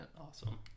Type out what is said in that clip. Awesome